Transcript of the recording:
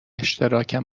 اشتراکم